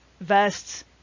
vests